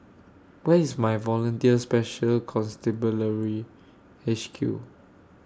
Where IS My Volunteer Special Constabulary H Q